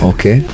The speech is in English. Okay